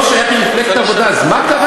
אז במקרה הוא לא שייך למפלגת העבודה, אז מה קרה?